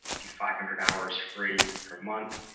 your five hundred hours free per month,